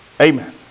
Amen